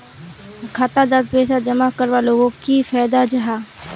खाता डात पैसा जमा करवार लोगोक की फायदा जाहा?